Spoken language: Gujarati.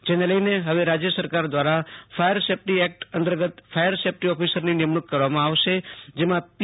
જેને લઈને હવે રાજ્ય સરકાર દ્વારા ફાયર સેફ્ટી એક્ટ અંતેર્ગત ફાયર સેફ્ટી ઓફિસરની નિમણૂ ક કરવામાં આવશે જેમાં પી